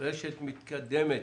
רשת מתקדמת),